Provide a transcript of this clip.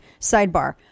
Sidebar